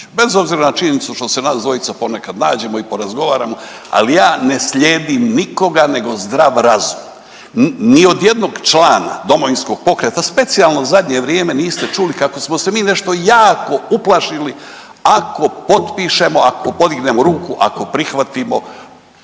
bez obzira na činjenicu što se nas dvojica ponekad nađemo i porazgovaramo, ali ja ne slijedim nikoga nego zdrav razum. Ni od jedno člana Domovinskog pokreta specijalno u zadnje vrijeme niste čuli kako smo se mi nešto jako uplašili ako potpišemo, ako podignemo ruku, ako prihvatimo